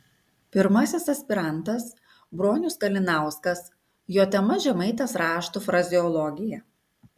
pirmasis aspirantas bronius kalinauskas jo tema žemaitės raštų frazeologija